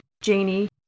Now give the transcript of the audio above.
Janie